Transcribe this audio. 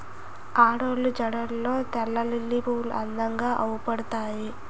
ఆడోళ్ళు జడల్లో తెల్లలిల్లి పువ్వులు అందంగా అవుపడతాయి